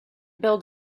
build